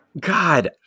God